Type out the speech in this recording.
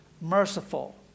merciful